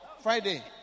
Friday